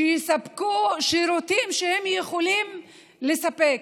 שיספקו שירותים שהם יכולים לספק,